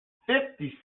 fifty